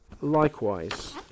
likewise